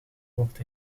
wordt